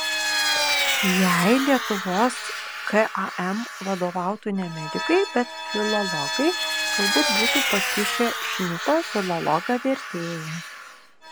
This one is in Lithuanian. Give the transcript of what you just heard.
jei lietuvos kam vadovautų ne medikai bet filologai galbūt būtų pakišę šnipą filologą vertėją